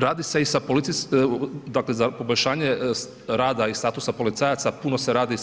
Radi se i sa policijskom, dakle za poboljšanje rada i statusa policajaca puno se radi